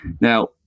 Now